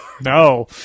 No